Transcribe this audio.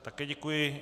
Také děkuji.